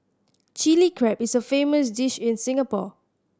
Chilli Crab is a famous dish in Singapore